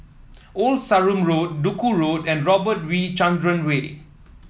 Old Sarum Road Duku Road and Robert V Chandran Way